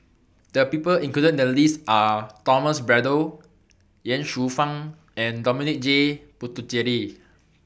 The People included in The list Are Thomas Braddell Ye Shufang and Dominic J Puthucheary